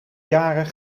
jaren